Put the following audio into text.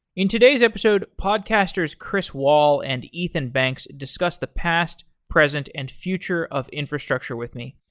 in today's episode, podcasters chris wahl and ethan banks discuss the past, present, and future of infrastructure with me.